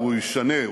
והוא ישנה,